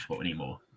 anymore